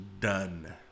done